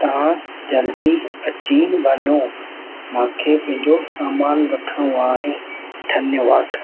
तव्हां जल्दी अची वञो मूंखे पंहिंजो सामान वठिणो आहे धन्यवाद